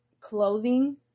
clothing